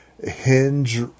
hinge